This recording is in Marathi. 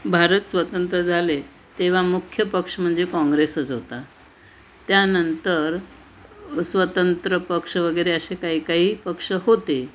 भारत स्वतंत्र झाले तेव्हा मुख्य पक्ष म्हणजे काँग्रेसच होता त्यानंतर स्वतंत्र पक्ष वगैरे असे काही काही पक्ष होते